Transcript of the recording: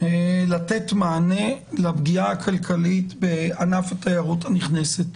לתת מענה לפגיעה הכלכלית בענף התיירות הנכנסת.